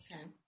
Okay